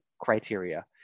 criteria